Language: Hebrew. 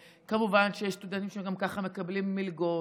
כמובן שיש סטודנטים שגם ככה מקבלים מלגות.